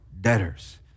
debtors